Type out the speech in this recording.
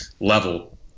level